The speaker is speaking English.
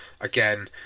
again